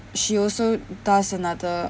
she also does another